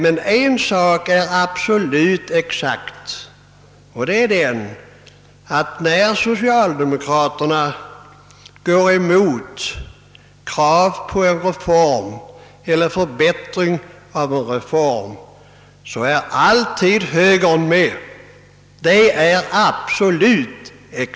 Men en sak är absolut exakt, nämligen att när socialdemokraterna går emot krav på en reform eller förbättring av en reform, så är alltid högern med.